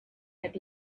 had